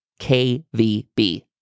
KVB